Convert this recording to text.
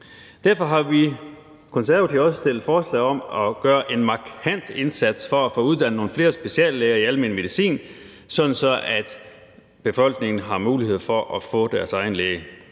Derfor har vi i Konservative også stillet forslag om at gøre en markant indsats for at få uddannet nogle flere speciallæger i almen medicin, sådan at man i befolkningen har mulighed for at få sin egen læge.